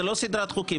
זאת לא סדרת חוקים.